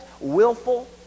willful